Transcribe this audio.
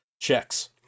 checks